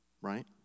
right